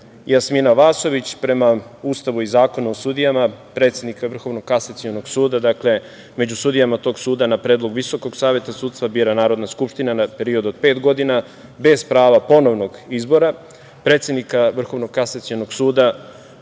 Jasmina Vasović. Prema Ustavu i Zakonu o sudijama, predsednika Vrhovnog kasacionog suda među sudijama tog suda, na predlog Visokog saveta sudstva, bira Narodna Skupština na period od pet godina, bez prava ponovnog izbora. Predsedniku Vrhovnog kasacionog suda